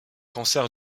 cancer